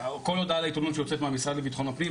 כל הודעה לעיתונות שיוצאת מהמשרד לבטחון הפנים,